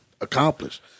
accomplished